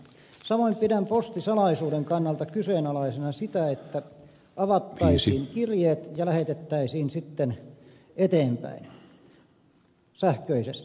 samoin pidän postisalaisuuden kannalta kyseenalaisena sitä että avattaisiin kirje ja lähetettäisiin sitten eteenpäin sähköisesti